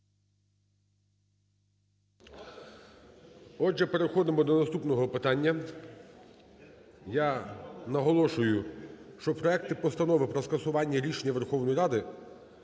Отже, переходимо до наступного питання. Я наголошую, що проекти постанови про скасування рішення Верховної Ради